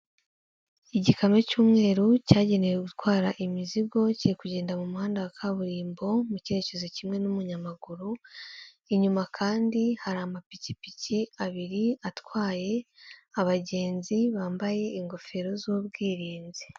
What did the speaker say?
Igikamyo cy'umweru cyagenewe gutwara imizigo, kiri kugenda mu muhanda wa kaburimbo mu cyerekezo kimwe n'umunyamaguru, inyuma kandi hari amapikipiki abiri atwaye abagenzi bambaye ingofero z'ubwirinzi.